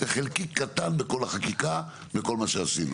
זה חלקיק קטן בכל החקיקה ובכל מה שעשינו.